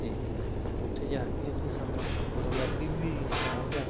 ਅਤੇ ਉੱਥੇ ਜਾ ਕੇ ਤੇ ਸਾਨੂੰ ਫੋਟੋਗ੍ਰਾਫੀ ਵੀ ਸ਼ੌਂਕ ਆ